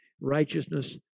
righteousness